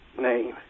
name